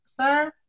Sir